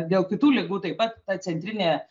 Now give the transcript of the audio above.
dėl kitų ligų taip pat ta centrinė